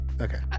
okay